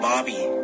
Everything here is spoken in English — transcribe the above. bobby